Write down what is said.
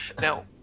Now